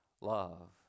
love